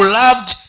loved